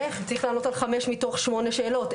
איך חמש מתוך שמונה שאלות?